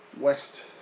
West